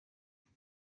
دارم